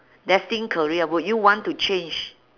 destined career would you want to change